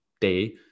day